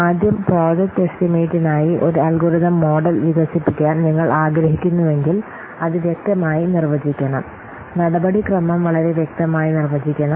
ആദ്യം പ്രോജക്റ്റ് എസ്റ്റിമേറ്റിനായി ഒരു അൽഗോരിതം മോഡൽ വികസിപ്പിക്കാൻ നിങ്ങൾ ആഗ്രഹിക്കുന്നുവെങ്കിൽ അത് വ്യക്തമായി നിർവചിക്കണം നടപടിക്രമം വളരെ വ്യക്തമായി നിർവചിക്കണം